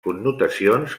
connotacions